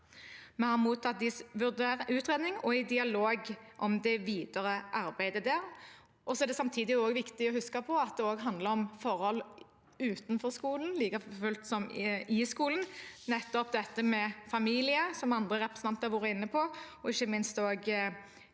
Vi har mottatt deres utredning og er i dialog om det videre arbeidet der. Det er samtidig viktig å huske på at det også handler om forhold utenfor skolen like fullt som i skolen, nettopp dette med familie, som andre representanter har vært inne på, og ikke minst